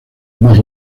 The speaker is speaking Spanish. más